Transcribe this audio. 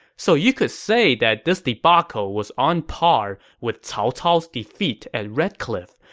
so you could say that this debacle was on par with cao cao defeat at red cliff,